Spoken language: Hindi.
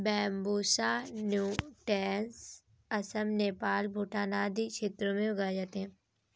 बैंम्बूसा नूटैंस असम, नेपाल, भूटान आदि क्षेत्रों में उगाए जाते है